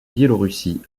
biélorussie